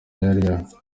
yari